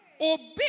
obey